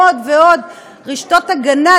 עוד ועוד רשתות הגנה,